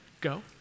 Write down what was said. go